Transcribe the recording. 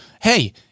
hey